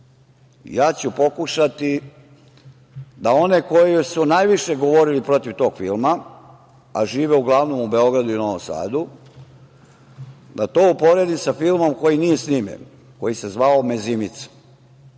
Ja ću pokušati da one koji su najviše govorili protiv tog filma, a žive uglavnom u Beogradu i Novom Sadu, da to uporedim sa filmom koji nije snimljen, koji se zvao „Mezimica“.